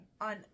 On